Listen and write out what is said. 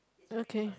okay